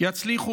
יצליחו,